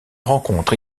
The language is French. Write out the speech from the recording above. rencontre